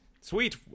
Sweet